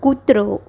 કૂતરો